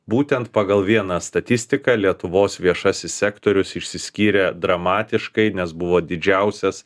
būtent pagal vieną statistiką lietuvos viešasis sektorius išsiskyrė dramatiškai nes buvo didžiausias